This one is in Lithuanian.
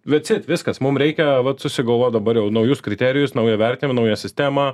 thats it viskas mum reikia vat susigalvot dabar jau naujus kriterijus naują vertinimą naują sistemą